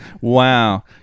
Wow